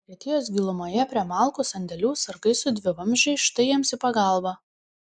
vokietijos gilumoje prie malkų sandėlių sargai su dvivamzdžiais štai jiems į pagalbą